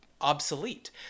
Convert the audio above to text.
obsolete